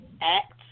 act